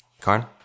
Karn